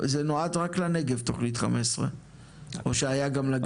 זה נועד רק לנגב תכנית 15 או שהיה גם לגליל.